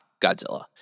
Godzilla